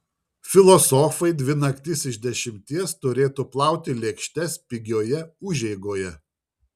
filosofai dvi naktis iš dešimties turėtų plauti lėkštes pigioje užeigoje